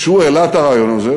כשהוא העלה את הרעיון הזה,